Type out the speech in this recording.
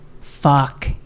fuck